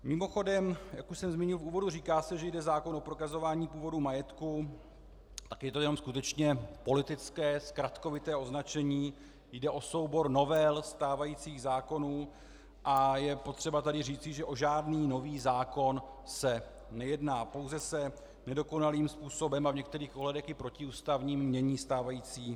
Mimochodem, jak už jsem zmínil v úvodu, říká se, že jde o zákon o prokazování původu majetku, tak je to jenom skutečně politické, zkratkovité označení, jde o soubor novel stávajících zákonů a je potřeba tady říci, že o žádný nový zákon se nejedná, pouze se nedokonalým způsobem a v některých ohledech i protiústavním mění stávající zákony.